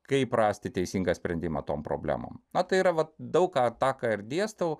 kaip rasti teisingą sprendimą tom problemom na tai yra vat daug ką tą ir dėstau